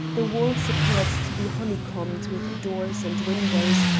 the walls appeared to be honeycombed with doors and windows,